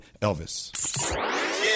Elvis